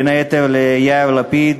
בין היתר ליאיר לפיד